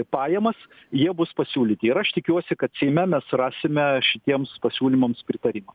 pajamas jie bus pasiūlyti ir aš tikiuosi kad seime mes rasime šitiems pasiūlymams pritarimą